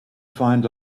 find